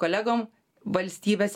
kolegom valstybės